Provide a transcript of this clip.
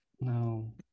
No